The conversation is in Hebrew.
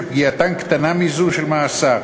שפגיעתן קטנה מזו של מאסר.